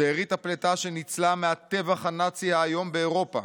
"שארית הפליטה שניצלה מהטבח הנאצי האיום באירופה